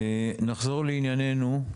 נחזור לענייננו.